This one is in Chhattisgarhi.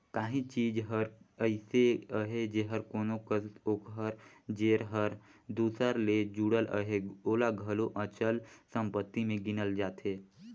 काहीं चीज हर अइसे अहे जेहर कोनो कस ओकर जेर हर दूसर ले जुड़ल अहे ओला घलो अचल संपत्ति में गिनल जाथे